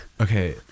Okay